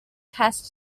test